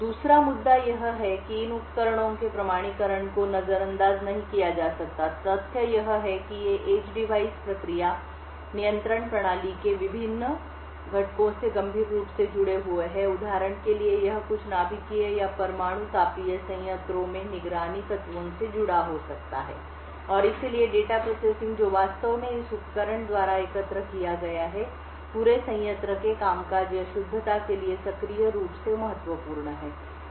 दूसरा 2 nd मुद्दा यह है कि इन उपकरणों के प्रमाणीकरण को नजरअंदाज नहीं किया जा सकता है तथ्य यह है कि ये एज डिवाइस प्रक्रिया नियंत्रण प्रणाली के विभिन्न घटकों से गंभीर रूप से जुड़े हुए हैं उदाहरण के लिए यह कुछ नाभिकीय या परमाणु तापीय संयंत्रों में निगरानी तत्वों से जुड़ा हो सकता है और इसलिए डेटा प्रोसेसिंग जो वास्तव में इस उपकरण द्वारा एकत्र किया गया है पूरे संयंत्र के कामकाज या शुद्धता के लिए सक्रिय रूप से महत्वपूर्ण है